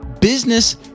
business